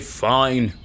fine।